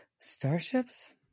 starships